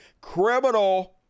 criminal